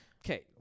Okay